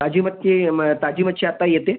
ताजी मच्छी म ताजी मच्छी आत्ता येते